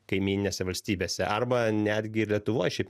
kaimyninėse valstybėse arba netgi ir lietuvoj šiaip